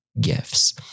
gifts